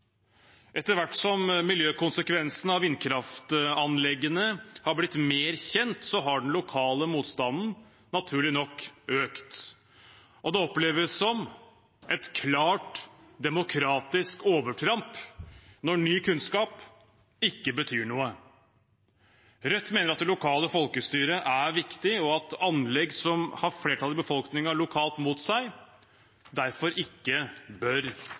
Etter hvert som miljøkonsekvensene av vindkraftanleggene er blitt mer kjent, har den lokale motstanden naturlig nok økt, og det oppleves som et klart demokratisk overtramp når ny kunnskap ikke betyr noe. Rødt mener at det lokale folkestyret er viktig, og at anlegg som har flertallet i befolkningen lokalt mot seg, derfor ikke bør